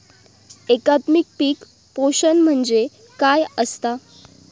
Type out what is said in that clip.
एकात्मिक पीक पोषण म्हणजे काय असतां?